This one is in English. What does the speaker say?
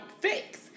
fix